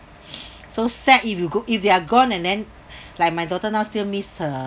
so sad if you go if they are gone and then like my daughter now still miss her